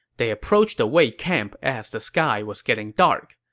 they approached the wei camp as the sky was getting dark.